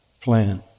plan